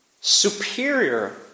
superior